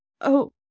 Oh